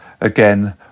Again